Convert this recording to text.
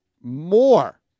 more